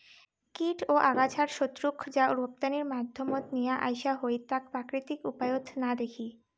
কীট ও আগাছার শত্রুক যা রপ্তানির মাধ্যমত নিয়া আইসা হয় তাক প্রাকৃতিক উপায়ত না দেখি